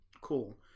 Cool